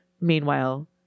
meanwhile